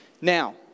Now